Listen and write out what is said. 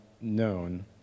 known